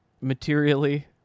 materially